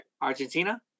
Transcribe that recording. Argentina